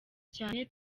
cyane